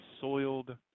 soiled